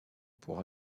pour